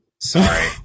Sorry